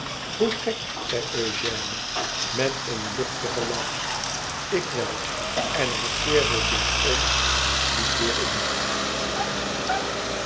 hoe gek zei eugène met een luchtigen lach ik wel en hij keerde zich om en sliep weer in